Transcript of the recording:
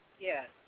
Yes